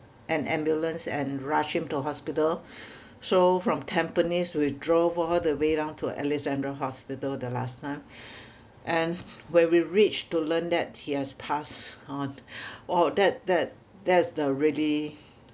an ambulance and rushed him to hospital so from tampines we drove all the way down to alexandra hospital the last time and when we reached to learn that he has passed on !whoa! that that that's the really